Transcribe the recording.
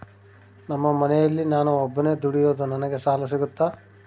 ನಮ್ಮ ಮನೆಯಲ್ಲಿ ನಾನು ಒಬ್ಬನೇ ದುಡಿಯೋದು ನನಗೆ ಸಾಲ ಸಿಗುತ್ತಾ?